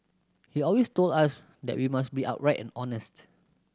he always told us that we must be upright and honest